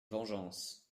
vengeance